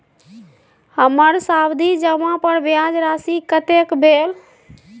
हमर सावधि जमा पर ब्याज राशि कतेक भेल?